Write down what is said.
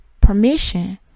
permission